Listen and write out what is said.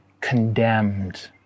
Condemned